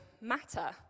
matter